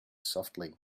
softly